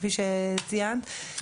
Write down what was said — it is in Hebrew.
כפי שציינת,